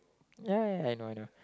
ya ya I know I know